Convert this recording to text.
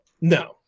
No